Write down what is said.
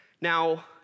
Now